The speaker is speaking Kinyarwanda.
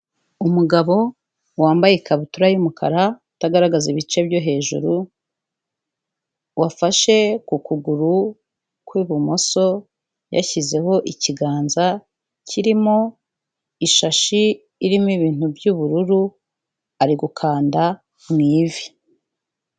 Umugabo wambaye ikabutura y'umukara utagaragaza ibice byo hejuru, wafashe ku kuguru kw'ibumoso yashyizeho ikiganza kirimo ishashi irimo ibintu by'ubururu, ari gukanda mu ivi.